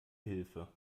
hilfe